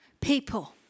people